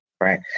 right